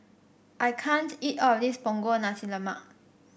I can't eat all of this Punggol Nasi Lemak